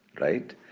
right